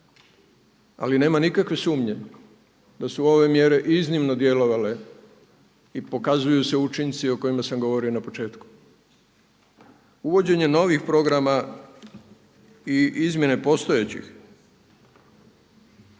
Ali nema nikakve sumnje da su ove mjere iznimno djelovanje i pokazuju se učinci o kojima sam govorio na početku. Uvođenje novih programa i izmjene postojećih